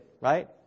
right